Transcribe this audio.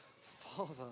Father